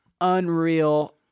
unreal